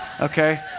Okay